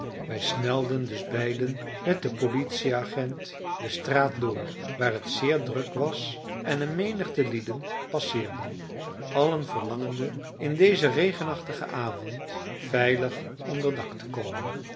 wij snelden dus beiden met den politieagent de straat door waar het zeer druk was en een menigte lieden passeerden allen verlangende in dezen regenachtigen avond veilig onder dak te komen